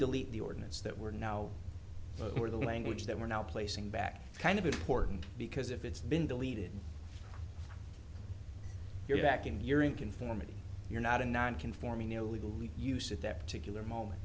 delete the ordinance that we're now or the language that we're now placing back kind of important because if it's been deleted you're back in you're in conformity you're not in non conforming illegally use at that particular moment